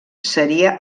seria